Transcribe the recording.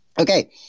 Okay